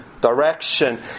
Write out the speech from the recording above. direction